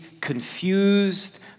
confused